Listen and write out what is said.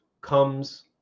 comes